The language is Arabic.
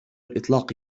الإطلاق